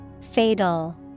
Fatal